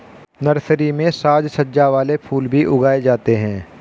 nursery में साज सज्जा वाले फूल भी उगाए जाते हैं